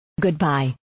Goodbye